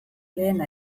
lehena